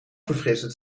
verfrissend